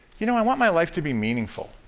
you know, i want my life to be meaningful,